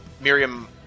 Miriam